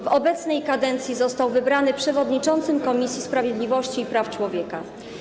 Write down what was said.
W obecnej kadencji został wybrany przewodniczącym Komisji Sprawiedliwości i Praw Człowieka.